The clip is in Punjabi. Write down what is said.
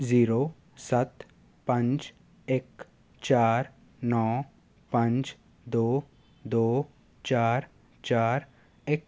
ਜੀਰੋ ਸੱਤ ਪੰਜ ਇੱਕ ਚਾਰ ਨੌਂ ਪੰਜ ਦੋ ਦੋ ਚਾਰ ਚਾਰ ਇੱਕ